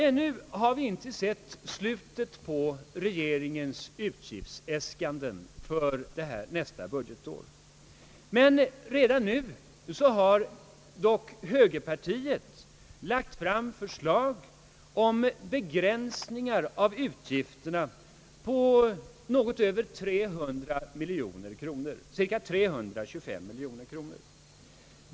Ännu har vi inte sett slutet på regeringens utgiftsäskanden för nästa budgetår, men redan nu har högerpartiet lagt fram förslag om begränsningar av utgifterna på cirka 325 miljoner kronor.